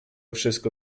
wszystko